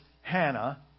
Hannah